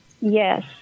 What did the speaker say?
Yes